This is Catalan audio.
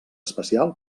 especial